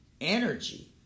energy